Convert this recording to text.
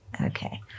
Okay